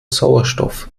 sauerstoff